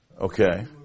Okay